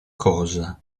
cosa